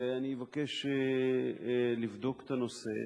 ואני מבקש לבדוק את הנושא,